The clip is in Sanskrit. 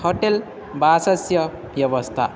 होटेल् बासस्य व्यवस्था